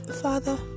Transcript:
Father